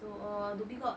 dho~ uh dhoby ghaut